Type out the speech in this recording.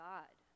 God